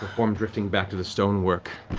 form drifting back to the stonework.